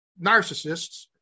Narcissists